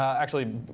actually,